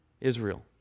Israel